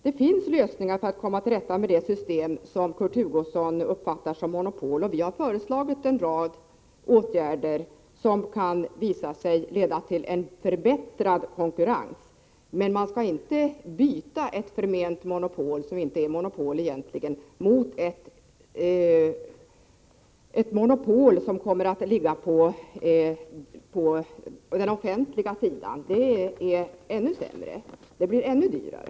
Det finns lösningar för att komma till rätta med det system som Kurt Hugosson uppfattar som monopol, och vi har föreslagit en rad åtgärder som kan visa sig leda till en förbättrad konkurrens. Men man skall inte byta ett förment monopol mot ett monopol som kommer att ligga på den offentliga sidan. Det är ännu sämre — och blir ännu dyrare.